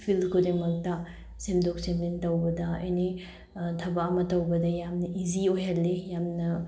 feel ꯈꯨꯗꯤꯡꯃꯛꯇ ꯁꯦꯝꯗꯣꯛ ꯁꯦꯝꯖꯤꯟ ꯇꯧꯕꯗ ꯑꯦꯅꯤ ꯊꯕꯛ ꯑꯃ ꯇꯧꯕꯗ ꯌꯥꯝꯅ ꯏꯖꯤ ꯑꯣꯏꯍꯜꯂꯤ ꯌꯥꯝꯅ